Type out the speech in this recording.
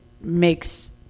makes